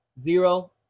zero